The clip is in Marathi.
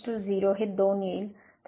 तर हे २ येईल